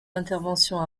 interventions